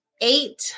eight